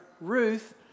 Ruth